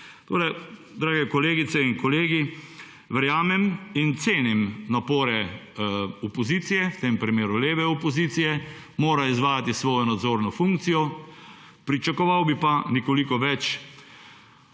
Tako, drage kolegice in kolegi, verjamem in cenim napore opozicije, v tem primeru leve opozicije, mora izvajati svojo nadzorno funkcijo. Pričakoval bi pa nekoliko več